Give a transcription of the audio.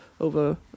over